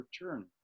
return